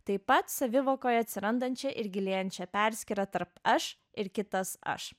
taip pat savivokoje atsirandančią ir gilėjančią perskyrą tarp aš ir kitas aš